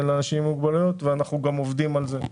אנחנו גם עובדים על זה.